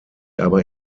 aber